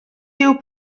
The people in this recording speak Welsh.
dyw